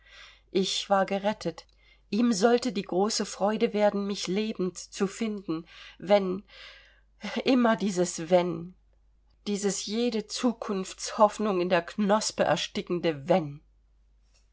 ich war gerettet ihm sollte die große freude werden mich lebend zu finden wenn immer dieses wenn dieses jede zukunftshoffnung in der knospe erstickende wenn